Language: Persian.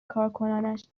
کارکنانش